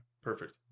perfect